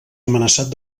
amenaçat